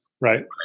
Right